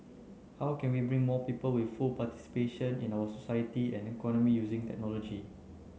how can we bring more people with full participation in our society and economy using technology